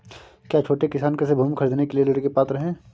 क्या छोटे किसान कृषि भूमि खरीदने के लिए ऋण के पात्र हैं?